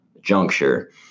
juncture